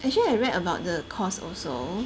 actually I read about the course also